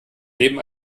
leben